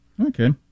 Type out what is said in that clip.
Okay